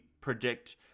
predict